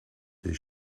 des